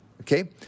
Okay